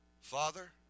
Father